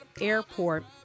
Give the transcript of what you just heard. Airport